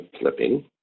flipping